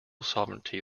sovereignty